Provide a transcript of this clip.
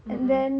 mmhmm